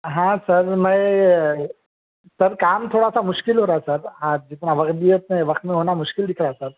ہاں سر میں سر کام تھوڑا سا مشکل ہو رہا ہے سر ہاں جتنا وقت دیے وقت میں ہونا مشکل دِکھ رہا ہے سر